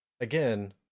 Again